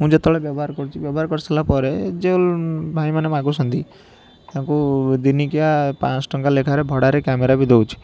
ମୁଁ ଯେତେବେଳେ ବ୍ୟବହାର କରୁଛି ବ୍ୟବହାର କରିସାରିଲା ପରେ ଯେଉଁ ଭାଇମାନେ ମାଗୁଛନ୍ତି ତାଙ୍କୁ ଦିନିକିଆ ପାଁଶହ ଟଙ୍କା ଲେଖାରେ ଭଡ଼ାରେ କ୍ୟାମେରା ବି ଦେଉଛି